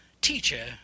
Teacher